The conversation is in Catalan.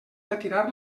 retirar